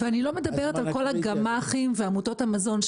תודה לשותפי אוריאל בוסו ולחבר הכנסת מקלב שנמצא כאן,